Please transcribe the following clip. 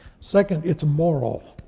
second, it's moral.